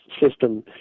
system